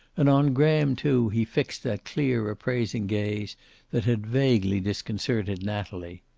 and on graham, too, he fixed that clear appraising gaze that had vaguely disconcerted natalie.